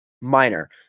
minor